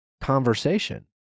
conversation